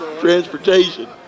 transportation